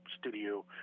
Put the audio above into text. studio